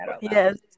yes